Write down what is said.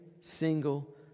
single